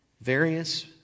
Various